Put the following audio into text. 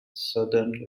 southern